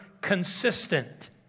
consistent